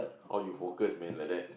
how you focus man like that